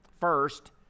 First